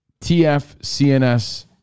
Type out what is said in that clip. tfcns